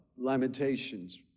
Lamentations